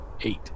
Eight